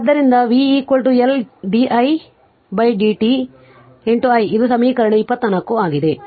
ಆದ್ದರಿಂದ v L di dt i ಇದು ಸಮೀಕರಣ 24 ಆಗಿದೆ